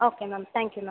okay ma'am thank you ma'am